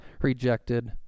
rejected